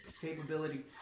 capability